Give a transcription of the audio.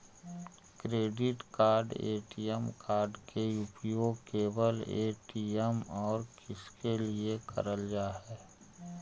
Credit card ATM card के उपयोग केवल ए.टी.एम और किसके के लिए करल जा है?